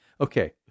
Okay